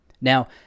now